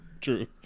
true